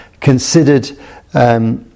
considered